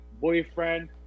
boyfriend